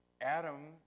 Adam